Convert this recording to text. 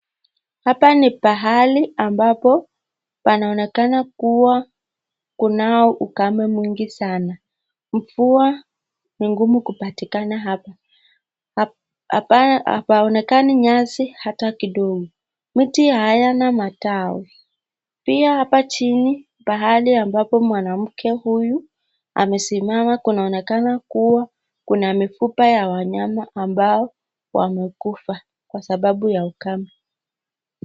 Hapa ni pahali ambapo panaonekana kuwa kunao ukame mwingi sana. Mvua ni ngumu kupatikana hapa. Hapaonekani nyasi hata kidogo. Miti hayana matawi. Pia hapa chini pahali ambapo mwanamke huyu amesimama kunaonekana kuwa kuna mifupa ya wanyama ambao wamekufa kwa sababu ya ukame.